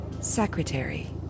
secretary